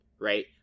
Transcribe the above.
right